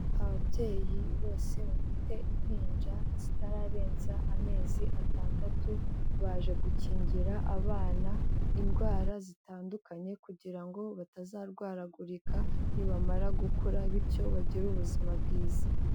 Ababyeyi bose bafite impinja zitararenza amezi atandatu baje gukingira abana indwara zitandukanye kugira ngo batazarwaragurika nibamara gukura bityo bagire ubuzima bwiza.